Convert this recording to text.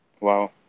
Wow